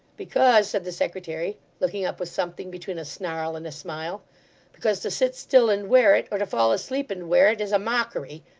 because, said the secretary, looking up with something between a snarl and a smile because to sit still and wear it, or to fall asleep and wear it, is a mockery.